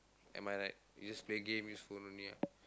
am I right we just play game use phone only what